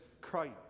Christ